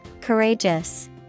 Courageous